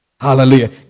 Hallelujah